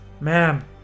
ma'am